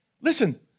listen